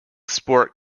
sport